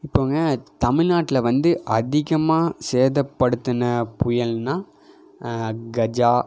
இப்போதுங்க தமிழ் நாட்டில் வந்து அதிகமாக சேதப்படுத்தின புயல்னால் கஜா